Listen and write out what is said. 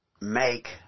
make